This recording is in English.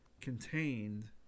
contained